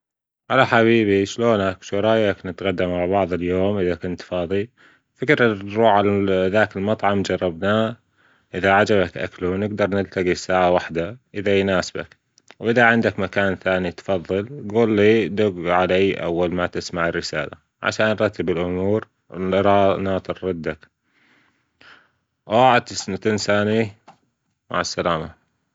هلا حبيبي أيش لونك شو رئيك نتغدا مع بعض أليوم أذا كنت فاضي بنجرر نروح على ذاك ألمطعم أللى جربناه أذا عجبك أكلة نجدر نتقابل ألساعة واحدة أذا يناسبك وأذا عندك مكان تانى تفضل جولى دب علي أول ما تسمع ألرسالة علشان نرتب ألامور نا - ناتر ردك وأوعا تنسانى مع ألسلامة